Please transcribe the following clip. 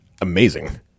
amazing